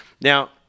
now